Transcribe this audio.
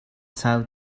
sau